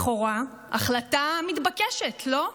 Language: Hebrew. לכאורה החלטה מתבקשת, לא?